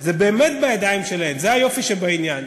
זה באמת בידיים שלהן, זה היופי שבעניין.